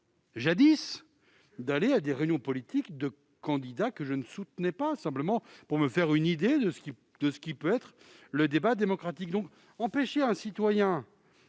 de me rendre aux réunions politiques de candidats que je ne soutenais pas, simplement pour me faire une idée de ce que peut être le débat démocratique. Empêcher un citoyen